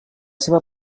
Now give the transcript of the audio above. seva